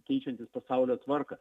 keičiantis pasaulio tvarką